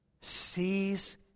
sees